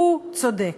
הוא צודק.